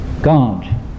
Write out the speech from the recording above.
God